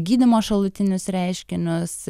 gydymo šalutinius reiškinius